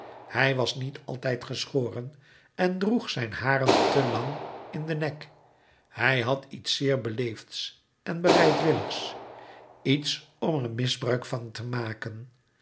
hij was niet altijd geschoren en droeg zijn haren te lang in den nek hij had iets zeer beleefds en bereidwilligs iets om er misbruik van te maken